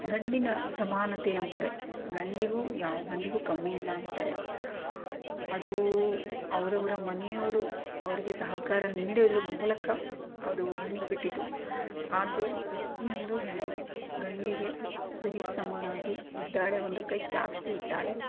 ಗಂಡಿನ ಸಮಾನತೆ ಅಂತಾರೆ ಗಂಡಿಗೂ ಯಾವ ಗಂಡಿಗೂ ಕಮ್ಮಿ ಇಲ್ಲ ಅಂತಾರೇ ಅದು ಅವ್ರವರ ಮನೆಯವರು ಅವರಿಗೆ ಸಹಕಾರ ನೀಡೋದರ ಮೂಲಕ ಅದು ಹೆಣ್ಣಿಗೆ ಬಿಟ್ಟಿದ್ದು ಆದರೆ ಪ್ರತಿಯೊಂದು ಹೆಣ್ಣು ಗಂಡಿಗೆ ಸರಿಸಮನಾಗಿ ಇದ್ದಾಳೆ ಒಂದು ಕೈ ಜಾಸ್ತಿ ಇದ್ದಾಳೆ